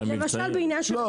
למשל בעניין של מבצעים.